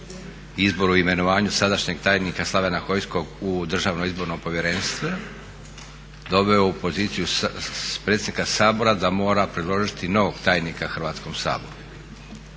izboru i imenovanju sadašnjeg tajnika Slavena Hojskog u Državno izborno povjerenstvo doveo u poziciju predsjednika Sabora da mora predložiti novog tajnika Hrvatskom saboru.